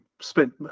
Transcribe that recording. spent